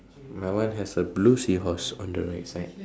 my one has a blue seahorse on the right side